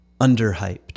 underhyped